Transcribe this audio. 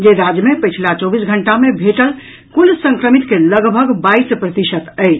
जे राज्य मे पछिला चौबीस घंटा मे भेटल कुल संक्रमित कॅ लगभग बाईस प्रतिशत अछि